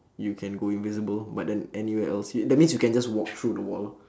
you can go invisible but then anywhere else yeah that means you can just walk through the wall